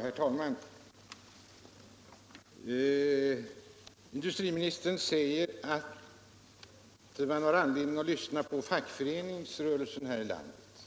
Herr talman! Industriministern säger att man har anledning att lyssna på fackföreningsrörelsen här i landet.